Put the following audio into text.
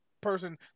person